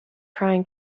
trying